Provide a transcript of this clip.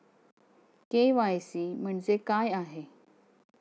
KYC म्हणजे काय आहे?